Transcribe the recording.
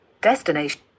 Destination